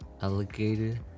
Alligator